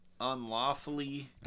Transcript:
unlawfully